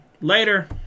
Later